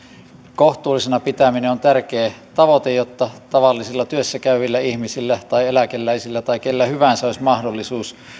kohtuullisena pitäminen on tärkeä tavoite jotta tavallisilla työssä käyvillä ihmisillä tai eläkeläisillä tai kellä hyvänsä olisi mahdollisuus